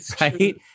right